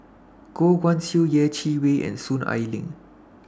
Goh Guan Siew Yeh Chi Wei and Soon Ai Ling